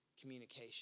communication